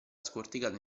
scorticato